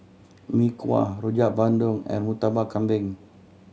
Mee Kuah Rojak Bandung and Murtabak Kambing